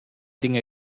dinge